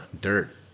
dirt